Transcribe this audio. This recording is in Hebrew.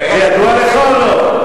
ידוע לך או לא?